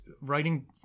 writing